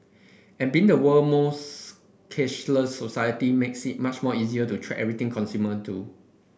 and being the world most cashless society makes it that much easier to track everything consumer do